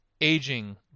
aging